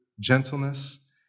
Gentleness